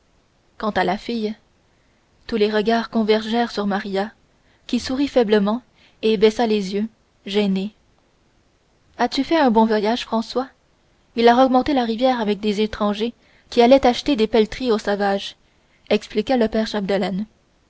quant à la fille tous les regards convergèrent sur maria qui sourit faiblement et baissa les yeux gênée as-tu fait un bon voyage françois il a remonté la rivière avec des étrangers qui allaient acheter des pelleteries aux sauvages expliqua le père chapdelaine